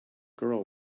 girl